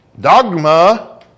Dogma